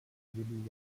willi